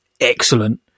excellent